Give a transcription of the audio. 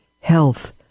Health